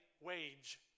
wage